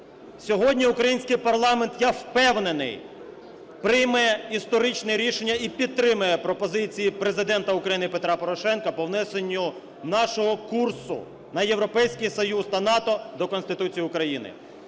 Сьогодні український парламент, я впевнений, прийме історичне рішення і підтримає пропозиції Президента України Петра Порошенка по внесенню нашого курсу на Європейський Союз та НАТО до Конституції України.